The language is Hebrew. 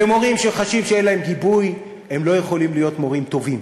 ומורים שחשים שאין להם גיבוי לא יכולים להיות מורים טובים,